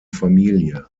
familie